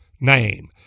name